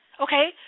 Okay